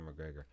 McGregor